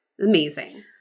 Amazing